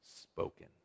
spoken